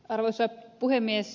arvoisa puhemies